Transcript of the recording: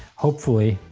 hopefully,